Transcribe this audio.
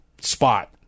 spot